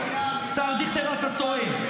--- השר דיכטר, אתה טועה.